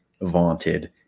vaunted